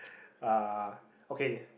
uh okay